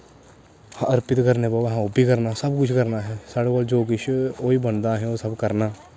अर्पित करने पौना असें ओह् बी करना सब कुछ करना असें साढ़े कोला जो कुछ होई बनदा ओह् करना